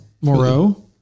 Moreau